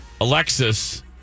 Alexis